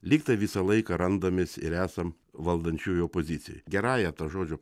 lygtai visą laiką randamės ir esam valdančiųjų opozicijoj gerąja to žodžio